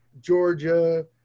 Georgia